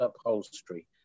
upholstery